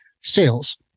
sales